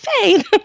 faith